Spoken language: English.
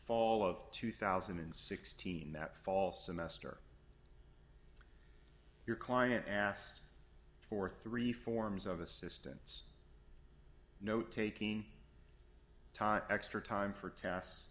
fall of two thousand and sixteen that fall semester your client asked for three forms of assistance no taking time extra time for t